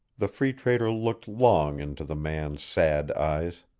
the free trader looked long into the man's sad eyes.